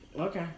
Okay